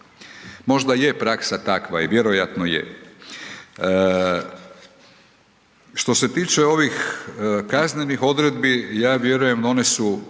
možda je praksa takva i vjerojatno je. Što se tiče ovih kaznenih odredbi ja vjerujem one su